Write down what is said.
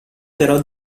però